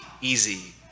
easy